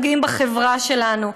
גאים בחברה שלנו.